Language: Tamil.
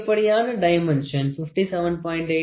அதிகப்படியான டைமென்ஷன் 57